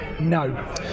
No